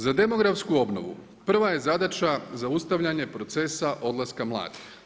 Za demografsku obnovu prva je zadaća zaustavljanje procesa odlaska mladih.